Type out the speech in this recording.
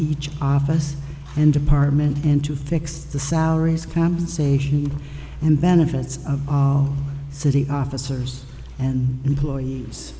each office and department and to fix the salaries compensation and benefits of all city officers and employees